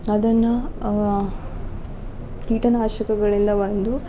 ಅದನ್ನ ಕೀಟನಾಶಕಗಳಿಂದ ಒಂದು